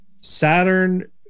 Saturn